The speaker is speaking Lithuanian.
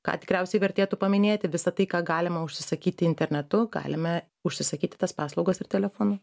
ką tikriausiai vertėtų paminėti visa tai ką galima užsisakyti internetu galime užsisakyti tas paslaugas ir telefonu